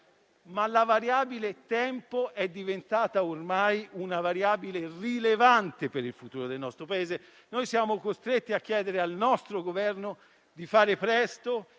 2; il tempo è diventato ormai una variabile rilevante per il futuro del nostro Paese. Siamo costretti a chiedere al nostro Governo di fare presto,